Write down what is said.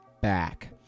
back